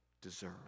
deserve